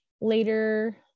Later